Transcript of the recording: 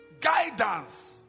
Guidance